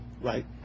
right